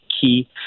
key